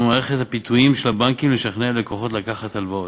מערכת הפיתויים של הבנקים לשכנוע לקוחות לקחת הלוואות.